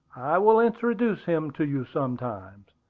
i will introduce him to you some time.